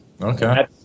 Okay